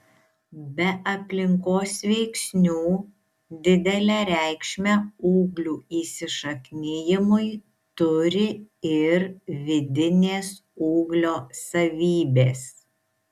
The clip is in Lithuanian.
be aplinkos veiksnių didelę reikšmę ūglių įsišaknijimui turi ir vidinės ūglio savybės